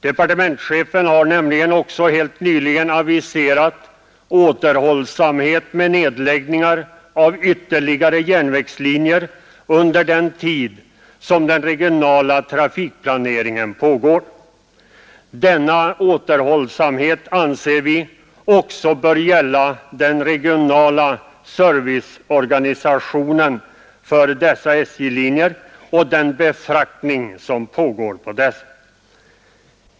Departementschefen har nämligen också helt nyligen aviserat återhållsamhet med nedläggningar av ytterligare järnvägslinjer under den tid som den regionala trafikplaneringen pågår. Denna återhållsamhet anser vi också bör gälla den regionala serviceorganisationen för dessa SJ-linjer och den befraktning som pågår på dessa.